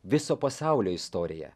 viso pasaulio istorija